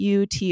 UT